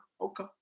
Okay